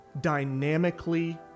dynamically